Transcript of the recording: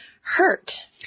hurt